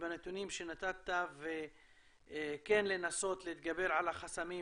ובנתונים שנתת וכן לנסות להתגבר על החסמים,